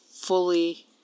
fully